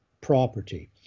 property